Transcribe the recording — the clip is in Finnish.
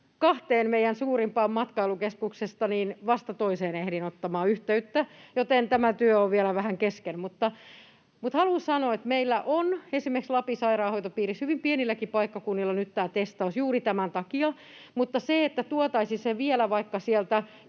Kahdesta meidän suurimmasta matkailukeskuksesta vasta toiseen ehdin ottamaan yhteyttä, joten tämä työ on vielä vähän kesken. Haluan sanoa, että meillä on esimerkiksi Lapin sairaanhoitopiirissä hyvin pienilläkin paikkakunnilla nyt tämä testaus juuri tämän takia, mutta siinä, että tuotaisiin se vielä vaikka sieltä